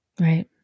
right